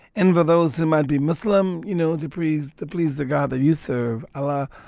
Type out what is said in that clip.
and for those who might be muslim, you know, to please the please the god that you serve, allah,